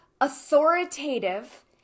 authoritative